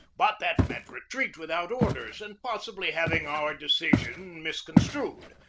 but that meant retreat without orders and possibly having our decision misconstrued,